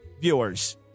viewers